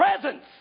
presence